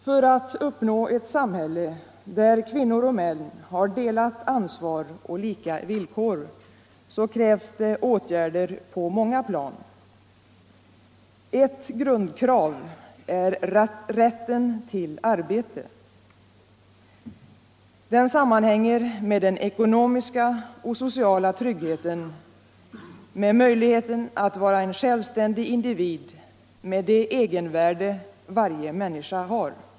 För att uppnå ett samhälle där kvinnor och män har delat ansvar och lika villkor krävs åtgärder på många plan. Ett grundkrav är rätten till arbete. Den sammanhänger med den ekonomiska och sociala tryggheten, med möjligheterna att vara en självständig individ med det egenvärde varje människa har.